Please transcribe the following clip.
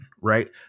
right